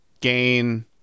gain